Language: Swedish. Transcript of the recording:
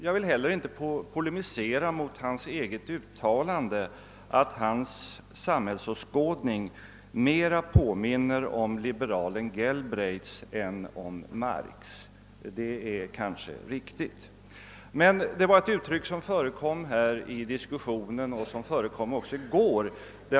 Jag skall heller inte polemisera mot hans eget uttalande, att hans samhällsåskådning mera påminner om liberalen Galbraiths än om Marx”. Det är kanske riktigt. Det var ett uttryck som förekom här i diskussionen i dag och som även förekom i går.